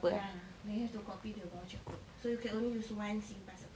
ya they have to copy the voucher code so you can only use one singpass